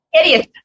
Idiot